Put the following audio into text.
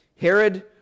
Herod